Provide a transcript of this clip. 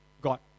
got